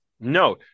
No